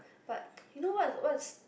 but you know what was